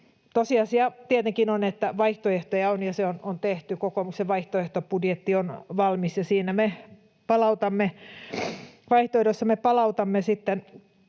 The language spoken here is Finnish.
Tosiasia tietenkin on, että vaihtoehtoja on, ja ne on tehty: kokoomuksen vaihtoehtobudjetti on valmis, ja siinä vaihtoehdossa me palautamme valtion